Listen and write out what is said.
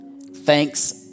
Thanks